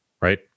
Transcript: right